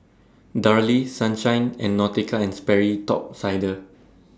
Darlie Sunshine and Nautica and Sperry Top Sider